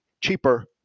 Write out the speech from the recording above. cheaper